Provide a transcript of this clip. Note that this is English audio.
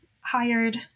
hired